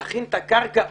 להכין את הקרקע אולי,